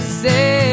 say